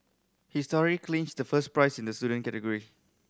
his story clinched the first prize in the student category